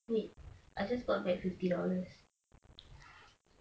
wait I just got back fifty dollars